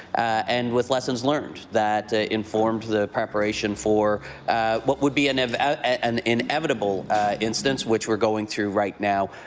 and with lessons learned, that informed the preparation for what would be an ah an inevitable incidents which we're going through right now.